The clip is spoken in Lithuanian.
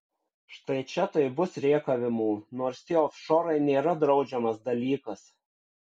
štai čia tai bus rėkavimų nors tie ofšorai nėra draudžiamas dalykas